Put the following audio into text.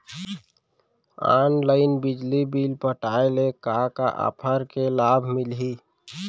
Online बिजली bill पटाय ले का का ऑफ़र के लाभ मिलही?